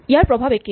ইয়াৰ প্ৰভাৱ একেই